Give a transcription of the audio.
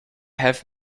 have